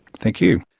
thank you.